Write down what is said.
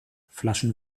flaschen